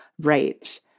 right